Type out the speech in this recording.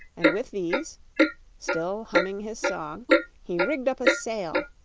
and with these still humming his song he rigged up a sail,